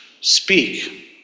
Speak